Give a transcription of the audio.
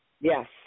Yes